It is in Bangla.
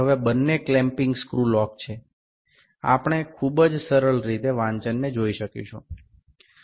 এখন দুটি আঁটকানোর স্ক্রুই আঁটকানো অবস্থায় আছে তাই আমরা খুব স্বাচ্ছন্দ্যে পাঠগুলি দেখতে পারি